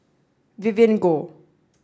Vivien Goh